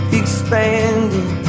expanding